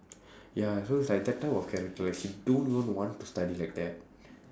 ya so it's like that type of character she don't even want to study like that